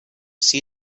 see